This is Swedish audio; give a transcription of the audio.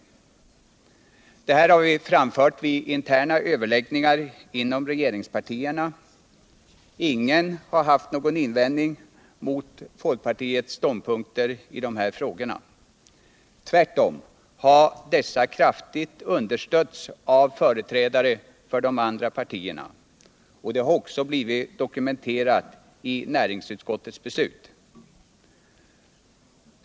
Detta har vi framfört vid interna överläggningar inom regeringspartierna. Ingen har haft någon invändning att göra mot folkpartiets ståndpunkter i dessa frågor. Tvärtom har dessa kraftigt understötts av företrädare för de andra partierna, och det har också blivit dokumenterat i näringsutskottets hemställan.